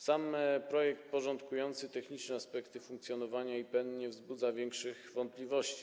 Sam projekt, porządkujący techniczne aspekty funkcjonowania IPN, nie wzbudza większych wątpliwości.